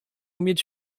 mieć